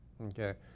Okay